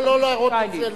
לא, לא להראות את זה.